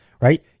right